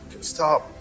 Stop